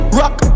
rock